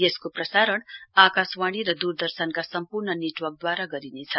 यसको प्रसारण आकाशवाणी र दूरदर्शनका सम्पूर्ण नेटवर्कद्वारा गरिनेछ